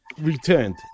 returned